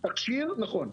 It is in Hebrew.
נכון.